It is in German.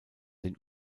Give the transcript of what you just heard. den